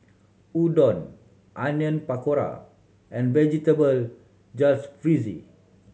Udon Onion Pakora and Vegetable Jalfrezi